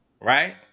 right